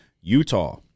Utah